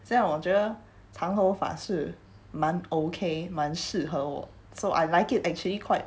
这样我觉得长头发是蛮 okay 蛮适合我 so I like it actually quite